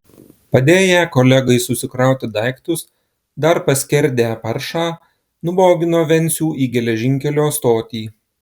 padėję kolegai susikrauti daiktus dar paskerdę paršą nubogino vencių į geležinkelio stotį